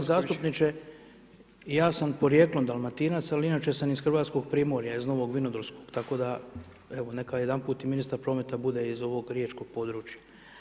Poštovani zastupniče, ja sam porijeklom dalmatinac, ali inače sam iz Hrvatskog Primorja, iz Novog Vinodolskog, tako da, evo neka jedanput i ministar prometa bude iz ovog riječkog područja.